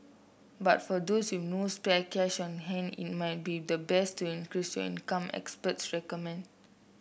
but for those with no spare cash on hand it might be the best to increase your income experts recommend